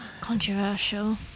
Controversial